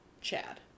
Chad